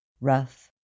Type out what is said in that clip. rough